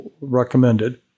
recommended